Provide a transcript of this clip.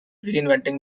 reinventing